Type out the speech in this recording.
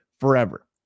forever